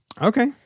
Okay